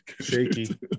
shaky